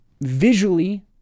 visually